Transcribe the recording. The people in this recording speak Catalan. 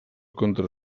contra